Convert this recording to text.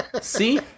See